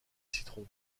citron